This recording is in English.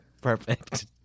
Perfect